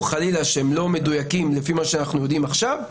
חלילה שהם לא מדויקים לפי מה שאנחנו יודעים עכשיו,